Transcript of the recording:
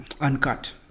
uncut